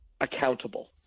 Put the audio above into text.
accountable